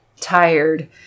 tired